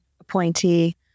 appointee